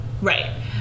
Right